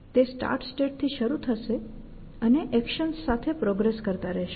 તે start state થી શરૂ થશે અને એક્શન્સ સાથે પ્રોગ્રેસ કરતા રહેશે